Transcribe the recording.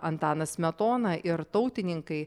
antanas smetona ir tautininkai